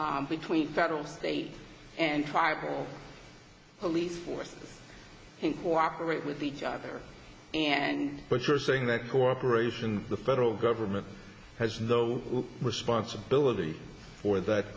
cooperate between federal state and tribal police force or operate with each other and what you're saying that cooperation the federal government has no responsibility for that